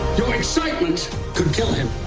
your excitement could kill him.